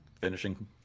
finishing